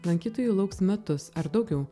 lankytojų lauks metus ar daugiau